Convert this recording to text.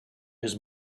his